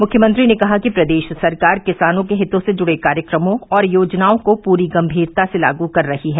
मुख्यमंत्री ने कहा कि प्रदेश सरकार किसानों के हितों से जुड़े कार्यक्रमों और योजनाओं को पूरी गम्भीरता से लागू कर रही है